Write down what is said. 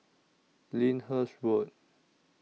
Lyndhurst Road